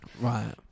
Right